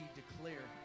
declare